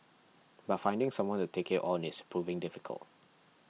but finding someone to take it on is proven difficult